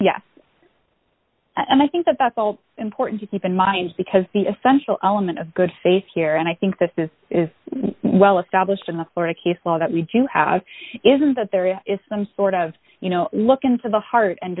yes and i think about the all important to keep in mind because the essential element of good faith here and i think that this is well established in the florida case law that we do have is that there is some sort of you know look into the heart and